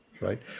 right